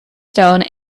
stone